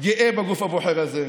גאה בגוף הבוחר הזה.